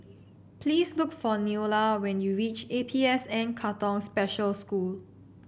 please look for Neola when you reach A P S N Katong Special School